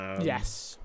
Yes